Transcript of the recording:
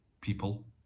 people